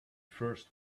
first